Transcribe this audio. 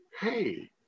hey